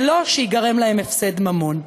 בלא שייגרם להם הפסד ממון.